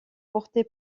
portée